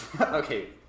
Okay